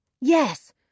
Yes